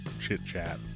chit-chat